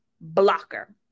blocker